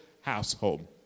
household